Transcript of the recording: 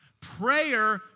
Prayer